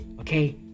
okay